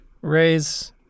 raise